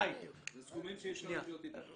אלה סכומים שאי אפשר לחיות איתם.